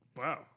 Wow